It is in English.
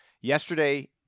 Yesterday